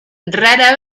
rara